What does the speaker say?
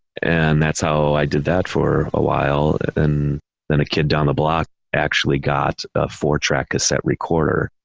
and that's how i did that for a while. and then a kid down the block actually got a four track cassette recorder,